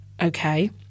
okay